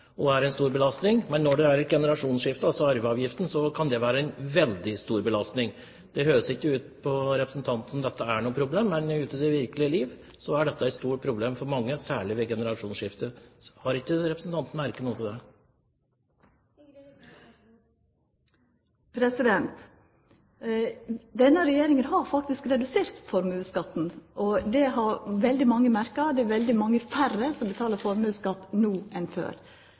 og er en stor belastning. Men når det er et generasjonsskifte, kan arveavgiften være en veldig stor belastning. Det høres ikke ut på representanten som dette er noe problem, men ute i det virkelige liv er dette et stort problem for mange, særlig ved generasjonsskifte. Har ikke representanten merket noe til det? Denne regjeringa har faktisk redusert formuesskatten, og det har veldig mange merka. Det er mange færre som betaler formuesskatt no enn før.